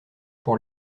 pour